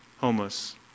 homeless